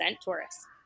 tourists